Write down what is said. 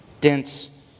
dense